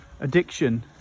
addiction